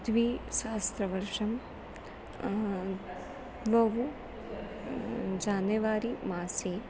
द्विसहस्रवर्षं द्वे जानेवारि मासे